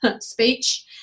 speech